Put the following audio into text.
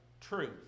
truth